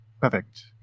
Perfect